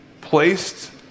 placed